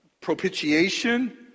propitiation